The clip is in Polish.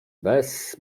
bez